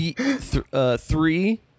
Three